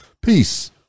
Peace